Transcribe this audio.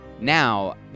Now